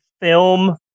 film